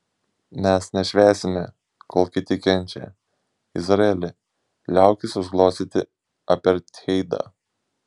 mes nešvęsime kol kiti kenčia izraeli liaukis užglostyti apartheidą